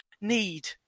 need